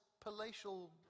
palatial